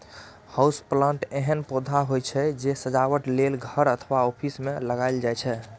house plant एहन पौधा होइ छै, जे सजावट लेल घर अथवा ऑफिस मे लगाएल जाइ छै